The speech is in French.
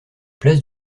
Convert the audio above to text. place